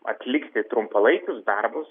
atlikti trumpalaikius darbus